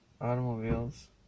automobiles